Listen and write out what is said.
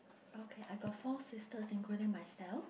okay I got four sister including myself